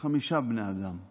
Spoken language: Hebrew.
חמישה בני אדם מירי,